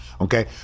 okay